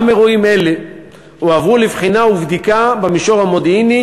גם אירועים אלו הועברו לבחינה ובדיקה במישור המודיעיני,